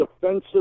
defensive